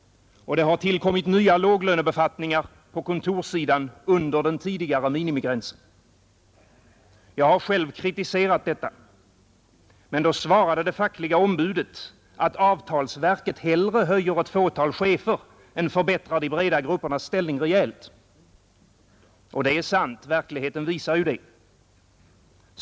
Och det har tillkommit nya låglönebefattningar på kontorssidan under den tidigare minimigränsen. Jag har själv kritiserat detta. Men då svarade det fackliga ombudet att avtalsverket hellre höjer ett fåtal chefer än förbättrar de breda gruppernas ställning rejält. Och det är sant, verkligheten visar det.